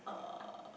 uh